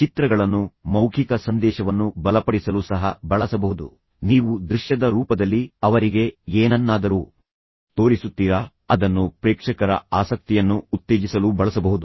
ಚಿತ್ರಗಳನ್ನು ಮೌಖಿಕ ಸಂದೇಶವನ್ನು ಬಲಪಡಿಸಲು ಸಹ ಬಳಸಬಹುದು ನೀವು ದೃಶ್ಯದ ರೂಪದಲ್ಲಿ ಅವರಿಗೆ ಏನನ್ನಾದರೂ ತೋರಿಸುತ್ತೀರಾ ಅದನ್ನು ಪ್ರೇಕ್ಷಕರ ಆಸಕ್ತಿಯನ್ನು ಉತ್ತೇಜಿಸಲು ಬಳಸಬಹುದು